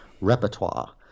repertoire